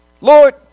Lord